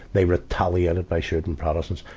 they retaliated by shooting protestants.